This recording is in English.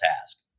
task